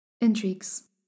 Intrigues